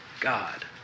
God